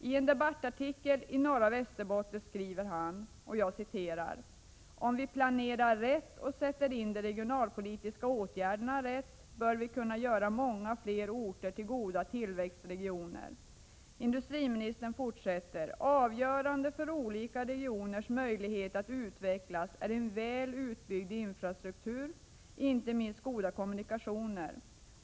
I en debattartikel i Norra Västerbotten skriver han: ”Om vi planerar rätt och sätter in de regionalpolitiska åtgärderna rätt, bör vi kunna göra många fler orter till goda tillväxtregioner.” Industriministern fortsätter: ”Avgörande för olika regioners möjligheter att utvecklas är en väl utbyggd infrastruktur, inte minst goda kommunikationer.